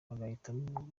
bagahitamo